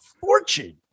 fortune